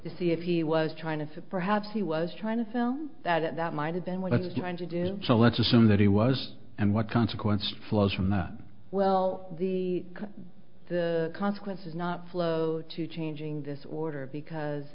to see if he was trying to perhaps he was trying to film that that might have been what i was trying to do so let's assume that he was and what consequences flows from that well the the consequence is not flow to changing this order because